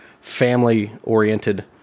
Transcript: family-oriented